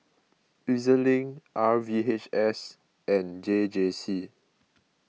E Z Link R V H S and J J C